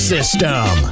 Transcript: System